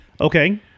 Okay